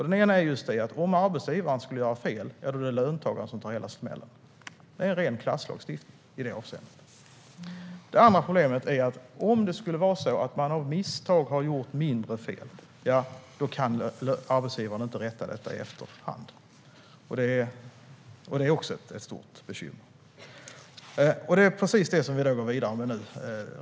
Det ena är att om arbetsgivaren skulle göra fel, ja, då blir det löntagaren som får ta hela smällen. Det är en ren klasslagstiftning i det avseendet. Det andra problemet är att om det skulle vara så att man av misstag har gjort mindre fel, då kan arbetsgivaren inte rätta till detta i efterhand. Det är också ett stort bekymmer. Det är precis det som vi nu går vidare med.